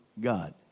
God